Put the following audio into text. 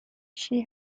she